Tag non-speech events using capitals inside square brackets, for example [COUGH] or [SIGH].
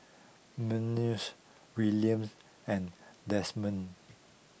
[UNINTELLIGIBLE] Willian's and Desmond